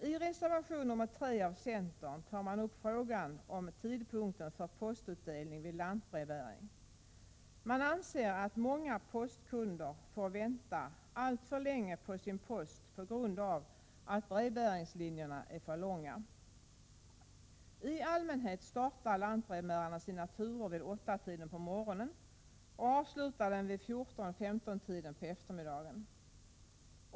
I reservation nr 3 av centern tar man upp frågan om tidpunkten för postutdelning vid lantbrevbäring. Man anser att många postkunder får vänta alltför länge på sin post på grund av att brevbäringslinjerna är för långa. I allmänhet startar lantbrevbärarna sina turer vid 8-tiden på morgonen och avslutar dem vid 14—15-tiden på eftermiddagen.